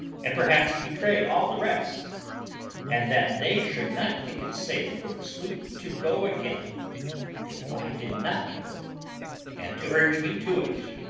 and perhaps betray all the rest and that they should not think it safe for the sloop to go again if i did not go and to urge me to it,